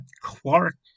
Clark